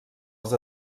als